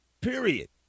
period